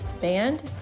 band